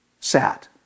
sat